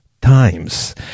times